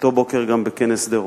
באותו בוקר גם בכנס שדרות,